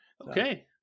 Okay